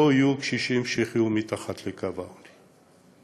לא יהיו קשישים שיחיו מתחת לקו העוני.